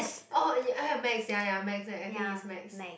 oh I heard Max ya ya Max I think it's Max